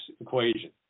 equation